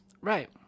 Right